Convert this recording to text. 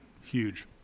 huge